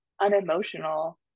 unemotional